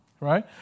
right